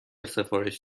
سفارش